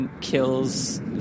kills